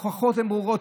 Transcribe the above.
ההוכחות הן ברורות.